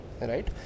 right